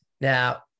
now